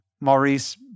Maurice